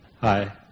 Hi